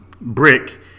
Brick